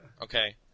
Okay